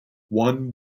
one